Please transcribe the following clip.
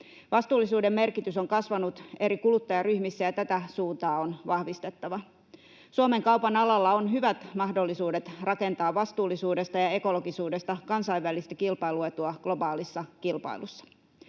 Vastuullisuuden merkitys on kasvanut eri kuluttajaryhmissä, ja tätä suuntaa on vahvistettava. Suomen kaupan alalla on hyvät mahdollisuudet rakentaa vastuullisuudesta ja ekologisuudesta kansainvälistä kilpailuetua globaalissa kilpailussa.